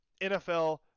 NFL